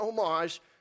homage